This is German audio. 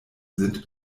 sind